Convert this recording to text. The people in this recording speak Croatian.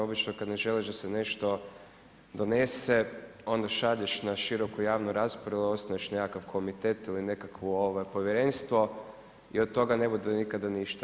Obično kada ne želiš da se nešto donese onda šalješ na široku javnu raspravu, osnuješ nekakav komitet ili nekakvo povjerenstvo i od toga ne bude nikada ništa.